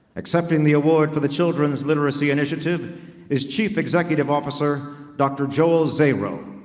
accepting the award for the children's literary initiative is chief executive officer, dr. joel zaro